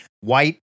white